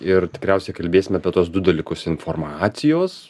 ir tikriausiai kalbėsim apie tuos du dalykus informacijos